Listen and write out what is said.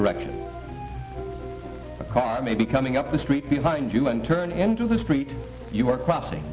direction a car may be coming up the street behind you and turn into the street you are crossing